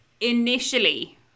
initially